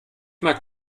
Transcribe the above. mag